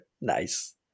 Nice